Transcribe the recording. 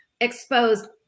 exposed